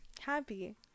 happy